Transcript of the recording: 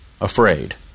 afraid